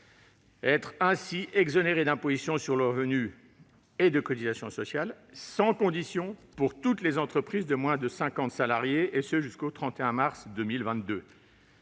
être exonérée d'imposition sur le revenu et de cotisations sociales, sans condition, pour toutes les entreprises de moins de cinquante salariés, et ce jusqu'au 31 mars 2022.